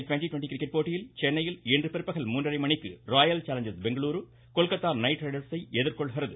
twenty twenty cricket போட்டியில் சென்னையில் இன்று பிற்பகல் மூன்றரை மணிக்கு ராயல் சேலஞ்சா்ஸ் பெங்களூரு கொல்கத்தா நைட்ரைடர்ஸை எதிர்கொள்கிறது